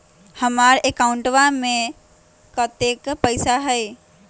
हमार अकाउंटवा में कतेइक पैसा हई?